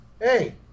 hey